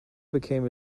became